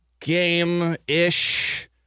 game-ish